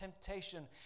temptation